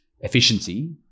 efficiency